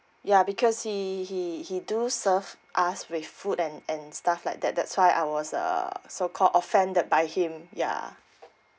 ya because he he he do serve us with food and and stuff like that that's why I was uh so called offended by him ya